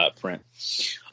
print